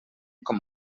com